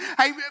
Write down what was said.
hey